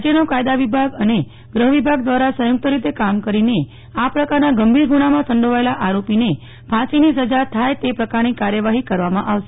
રાજ્યનો કાયદા વિભાગ અને ગ્રહ વિભાગ દ્વારા સંયુક્ત રીતે કામ કરીને આ પ્રકારના ગંભીર ગુનામાં સંડોવાયેલા આરોપીને ફાંસીની સજા થાય તે પ્રકારની કાર્યવાહી કરવામાં આવશે